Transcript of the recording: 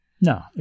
No